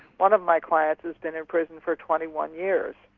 one of my clients has been in prison for twenty one years,